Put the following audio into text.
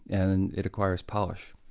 and it acquires polish.